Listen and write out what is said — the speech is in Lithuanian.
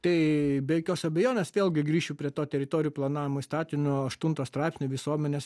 tai be jokios abejonės vėlgi grįšiu prie to teritorijų visuomenės